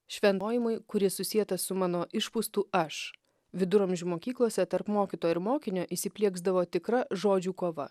švenojimui kuris susietas su mano išpūstu aš viduramžių mokyklose tarp mokytojo ir mokinio įsiplieksdavo tikra žodžių kova